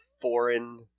foreign